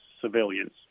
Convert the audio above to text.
civilians